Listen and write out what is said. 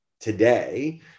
today